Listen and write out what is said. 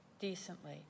decently